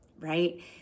right